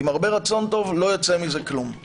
עם הרבה רצון טוב, לא יוצא מזה כלום.